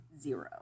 zero